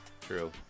True